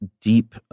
deep